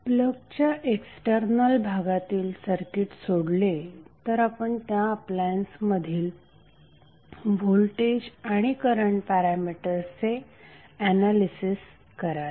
प्लगच्या external भागातील circuit सोडले तर आपण त्या अप्लायन्समधील व्होल्टेज आणि करंट पॅरामीटर्सचे एनालिसिस कराल